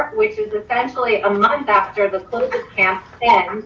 which is essentially a month after the close of camp.